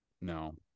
No